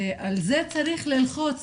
על זה צריך ללחוץ.